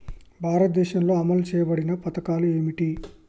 భారతదేశంలో అమలు చేయబడిన పథకాలు ఏమిటి?